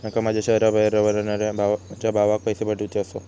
माका माझ्या शहराबाहेर रव्हनाऱ्या माझ्या भावाक पैसे पाठवुचे आसा